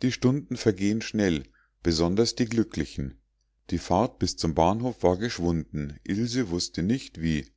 die stunden vergehen schnell besonders die glücklichen die fahrt bis zum bahnhof war geschwunden ilse wußte nicht wie